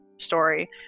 Story